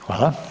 Hvala.